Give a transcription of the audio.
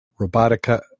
Robotica